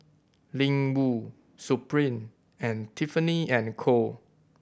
Ling Wu Supreme and Tiffany and Co